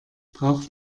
braucht